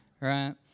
Right